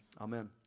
Amen